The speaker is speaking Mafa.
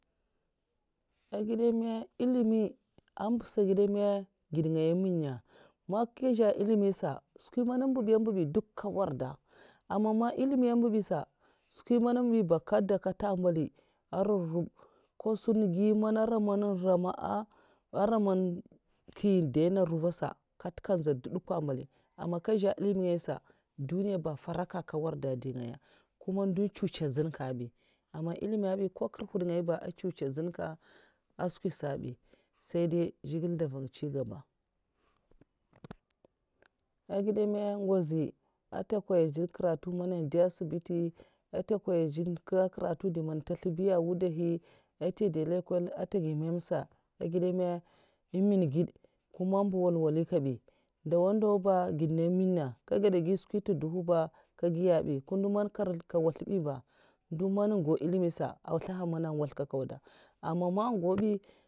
Ègèda ma? Ilimi ambasa ègèda ma. gèdngaya mènna. man nkè nzhè ilimisa skwinmèna mbiya mbiya duk nka nwèrda aman man ilimi mbabi sa nskiw mènna mbi ba nkè ndèy kata mbali nkada nkata mbali ara nruva nkèsun dhè man nrèma a'ara man nki ndèna nruva nsa kda nkat nga nzhè dud'dunva mbali man nkè szhè ilimi sa duniya ba nfaraka nga nwarda ndè'ngaya. ndo nchuchèndjun nkazbi aman nkè nzè ilimi s'bi nko nkèr nhwod ngaya ba'nchuchèndjun nka ah skwisa bi, sai dai zhigilè ndè nvan ncigaba, èh gèdama ngwozi ntè nkwal'dèy'karatu mana ndè asibiti'ntè nkwal diy karatau ndè man ntè nslubiya nduhi èn ntè dèh nlènkwan èhnè mam sah agèda mhè èh man gèd'amba nwal nwali kabi ndawa ndaw ba ngèd na èh mhin'nah nkè gada ghi skwi tèu duhu ba nka giya bi nka ndo nman nka nrèzla nkè nwazl'bi bah ndo man un gau ilimisa èhn nwatzl'nka nkauda ah man ngaw bi